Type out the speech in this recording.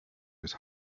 his